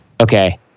okay